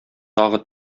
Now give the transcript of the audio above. тагы